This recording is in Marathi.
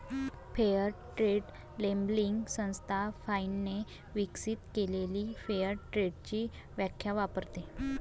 फेअर ट्रेड लेबलिंग संस्था फाइनने विकसित केलेली फेअर ट्रेडची व्याख्या वापरते